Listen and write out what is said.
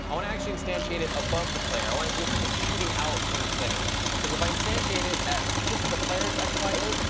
i won't actually instantiate it above the player. i want it to look like it's shooting out from the player because if i instantiate it at just where the player's x, y is,